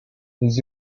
les